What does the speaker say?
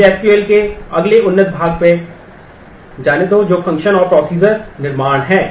मुझे एसक्यूएल निर्माण है